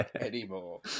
anymore